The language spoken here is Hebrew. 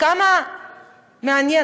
כמה מעניין,